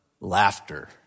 laughter